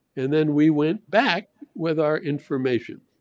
and then we went back with our information.